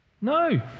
No